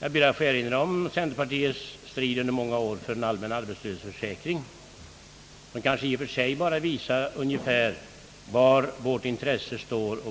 Jag ber att få erinra om centerpartiets strid under många år för den allmänna arbetslöshetsförsäkringen. Den tror jag i och för sig visar ungefär var vårt intresse ligger